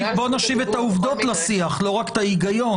הוא לא רק עניין